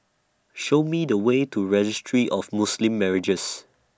Show Me The Way to Registry of Muslim Marriages